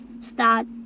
start